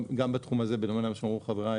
גם בתחום הזה בדומה למה שאמרו חבריי,